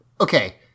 okay